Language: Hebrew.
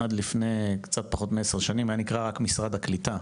עד לפני כ-10 שנים היה נקרא משרד הקליטה.